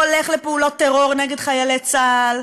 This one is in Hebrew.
הולך לפעולות טרור נגד חיילי צה"ל,